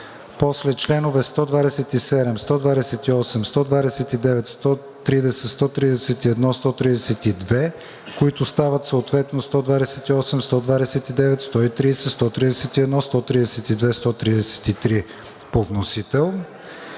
вносител; членове 127, 128, 129, 130, 131, 132, които стават съответно членове 128, 129, 130, 131, 132 и 133 по вносител;